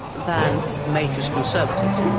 than major's conservatives.